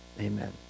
Amen